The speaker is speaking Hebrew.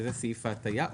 שזה סעיף ההטעיה,